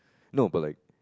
no but like